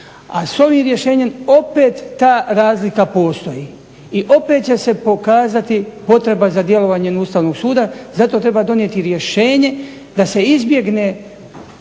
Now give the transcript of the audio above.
a s ovim rješenjem opet ta razlika postoji i opet će se pokazati potreba za djelovanjem Ustavnog suda. Zato treba donijeti rješenje da se izbjegne